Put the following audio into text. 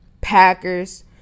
Packers